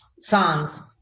songs